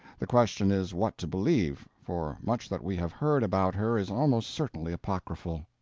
the question is what to believe, for much that we have heard about her is almost certainly apocryphal.